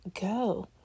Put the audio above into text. go